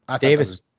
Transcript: Davis